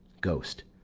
ghost.